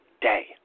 day